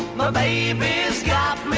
my name